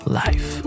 life